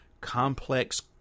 complex